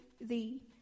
thee